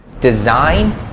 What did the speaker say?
design